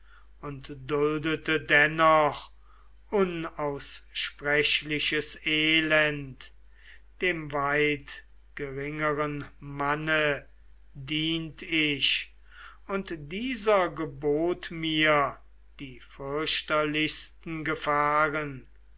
und duldete dennoch unaussprechliches elend dem weit geringeren manne dient ich und dieser gebot mir die fürchterlichsten gefahren